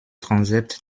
transept